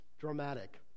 dramatic